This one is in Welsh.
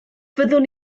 fyddwn